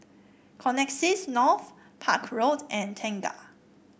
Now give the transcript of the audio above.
Connexis North Park Road and Tengah